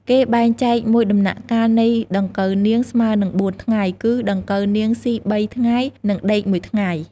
គេបែងចែកមួយដំណាក់កាលនៃដង្កូវនាង ស្មើនឹងបួនថ្ងៃ គឺដង្កូវនាងស៊ី៣ថ្ងៃ និងដេកមួយថ្ងៃ។